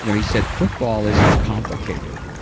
you know he said, football isn't complicated.